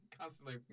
constantly